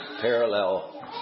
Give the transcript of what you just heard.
parallel